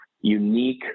unique